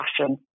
passion